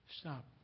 Stop